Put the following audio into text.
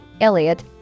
Elliot